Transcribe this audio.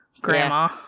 grandma